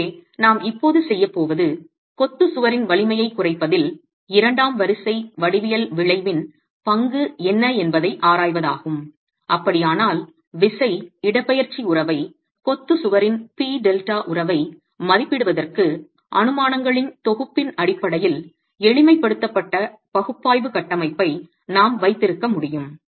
எனவே நாம் இப்போது செய்யப் போவது கொத்துச் சுவரின் வலிமையைக் குறைப்பதில் இரண்டாம் வரிசை வடிவியல் விளைவின் பங்கு என்ன என்பதை ஆராய்வதாகும் அப்படியானால் விசை இடப்பெயர்ச்சி உறவை கொத்துச் சுவரின் பி டெல்டா உறவை மதிப்பிடுவதற்கு அனுமானங்களின் தொகுப்பின் அடிப்படையில் எளிமைப்படுத்தப்பட்ட பகுப்பாய்வு கட்டமைப்பை நாம் வைத்திருக்க முடியும்